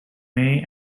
may